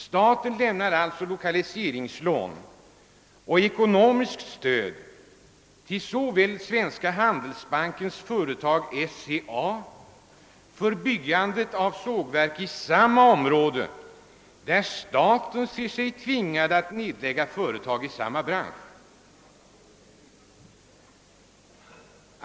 Staten lämnar alltså lokaliseringslån och ekonomiskt stöd till Svenska handelsbankens företag SCA för byggandet av sågverk i det område där staten ser sig tvingad att nedlägga företag i samma bransch.